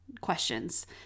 questions